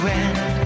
end